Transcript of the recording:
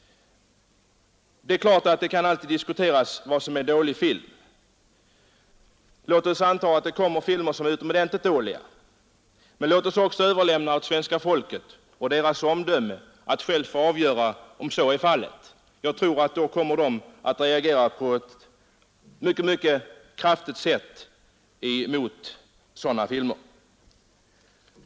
Det är klart att det alltid kan diskuteras vad som är dålig film. Låt oss också anta att det kommer filmer som är utomordentligt dåliga. Vi skall emellertid då överlämna till svenska folkets omdöme att avgöra om så är fallet. Jag tror att svenska folket då kommer att reagera mycket kraftigt mot sådana filmer.